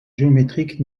géométrique